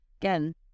again